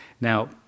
Now